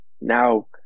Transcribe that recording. Now